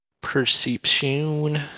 perception